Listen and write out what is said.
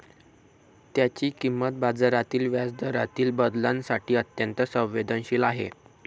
त्याची किंमत बाजारातील व्याजदरातील बदलांसाठी अत्यंत संवेदनशील आहे